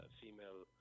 female